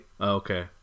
Okay